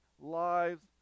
lives